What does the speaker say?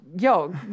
yo